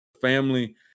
family